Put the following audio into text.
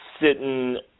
sitting